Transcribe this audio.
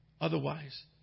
Otherwise